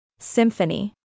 Symphony